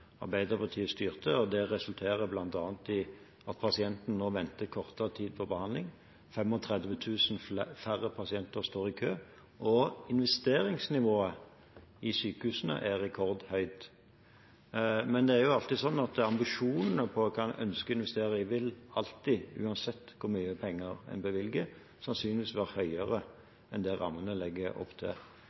Arbeiderpartiet styrte, og det resulterer bl.a. i at pasientene må vente kortere tid på behandling. 35 000 færre pasienter står i kø, og investeringsnivået i sykehusene er rekordhøyt. Men det er alltid sånn at ambisjonene om hva en ønsker å investere i, uansett hvor mye penger en bevilger, sannsynligvis vil være høyere enn det rammene legger opp til.